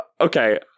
Okay